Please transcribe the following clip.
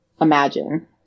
imagine